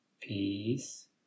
Peace